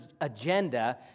agenda